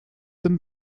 them